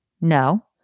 No